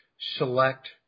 select